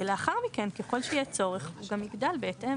ולאחר מכן, ככל שיהיה צורך, שנגדל בהתאם.